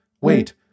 Wait